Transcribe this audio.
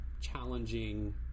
challenging